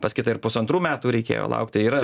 pas kitą ir pusantrų metų reikėjo laukt tai yra